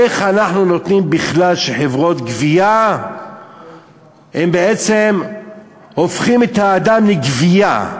איך אנחנו נותנים בכלל שחברות גבייה בעצם הופכות את האדם לגווייה,